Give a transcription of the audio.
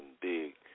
big